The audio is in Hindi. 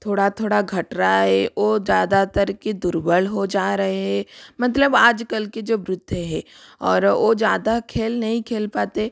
थोड़ा थोड़ा घट रहा है वो ज़्यादातर कि दुर्बल हो जा रहे हैं मतलब आज कल के जो वृद्ध हैं और वो ज़्यादा खेल नहीं खेल पाते